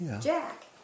jack